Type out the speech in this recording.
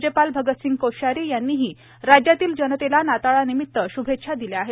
राज्यपाल भगतसिंह कोश्यारी यांनीही राज्यातील जनतेला नाताळानिमित श्भेच्छा दिल्या आहेत